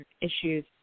issues